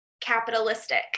capitalistic